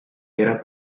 era